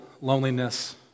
loneliness